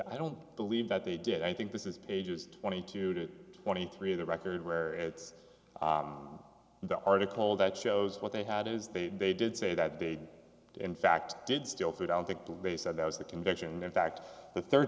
i don't believe that they did i think this is pages twenty two to twenty three the record where it's the article that shows what they had is they they did say that they in fact did steal food i don't think they said that was the convention and in fact the